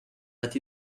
but